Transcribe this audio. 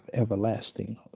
everlasting